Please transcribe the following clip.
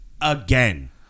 Again